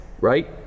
right